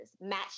match